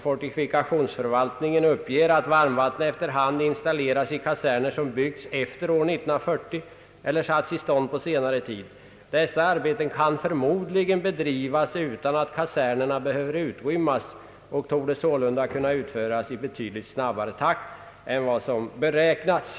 Fortifikationsförvaltningen uppger att varmvatten efter hand installeras i kaserner som är byggda efter år 1940 eller som satts i stånd på senare tid. Dessa arbeten kan förmodligen bedrivas utan att kasernerna behöver utrymmas och torde sålunda kunna utföras i betydligt snabbare takt än vad som beräknats.